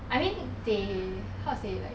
I mean they how to say like